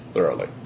Thoroughly